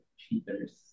cheaters